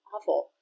Awful